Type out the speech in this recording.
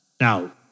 Now